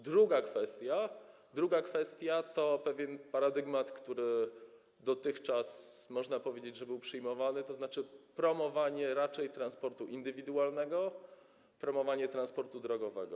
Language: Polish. Druga kwestia to pewien paradygmat, który dotychczas, można powiedzieć, był przyjmowany, tzn. promowanie raczej transportu indywidualnego, promowanie transportu drogowego.